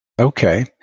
Okay